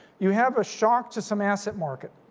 you have a shock to some asset market.